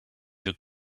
you